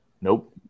Nope